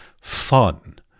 fun